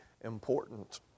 important